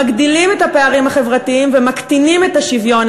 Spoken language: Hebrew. מגדילים את הפערים החברתיים ומקטינים את השוויון,